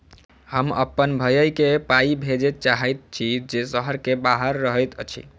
हम अप्पन भयई केँ पाई भेजे चाहइत छि जे सहर सँ बाहर रहइत अछि